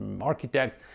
architects